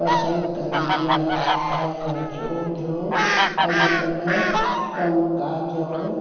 पसंदि कंदी आहियां आहियां छोजो अॼुकल्ह कमु काज उहो